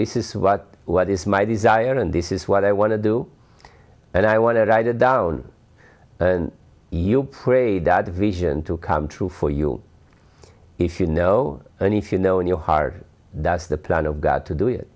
this is what what is my desire and this is what i want to do and i want to write it down and you pray that vision to come true for you if you know and if you know in your heart that's the plan of god to do it